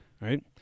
Right